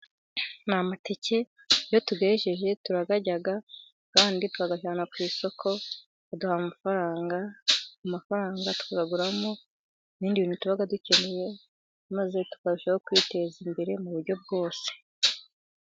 Ni amateke. Iyo tuyejeje turayarya, andi tuyajyana ku isoko bakaduha amafaranga. Amafaranga tuyaguramo n'ibindi bintu tuba dukeneye, maze tukarushaho kwiteza imbere mu buryo bwose.